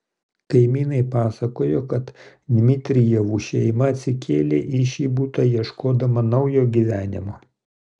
kaimynai pasakojo kad dmitrijevų šeima atsikėlė į šį butą ieškodama naujo gyvenimo